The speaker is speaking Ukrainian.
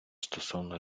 стосовно